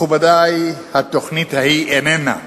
מכובדי, התוכנית ההיא איננה,